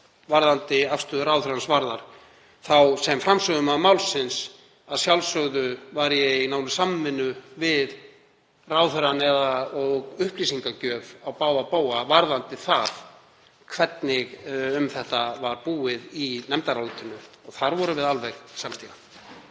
varðandi afstöðu ráðherrans varðar þá var ég sem framsögumaður málsins að sjálfsögðu í náinni samvinnu við ráðherrann og þá var upplýsingagjöf á báða bóga varðandi það hvernig um þetta var búið í nefndarálitinu og þar vorum við alveg samstiga.